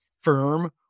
firm